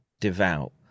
devout